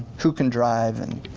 who can drive and